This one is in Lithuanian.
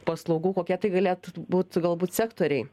paslaugų kokie tai galėtų būt galbūt sektoriai